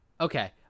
okay